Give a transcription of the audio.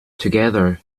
together